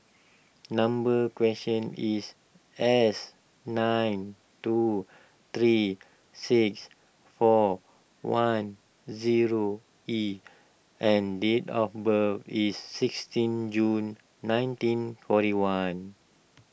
number question is S nine two three six four one zero E and date of birth is sixteen June nineteen forty one